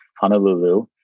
Honolulu